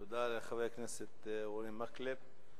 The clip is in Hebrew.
תודה לחבר הכנסת אורי מקלב.